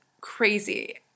crazy –